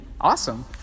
Awesome